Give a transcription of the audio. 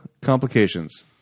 Complications